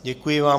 Děkuji vám.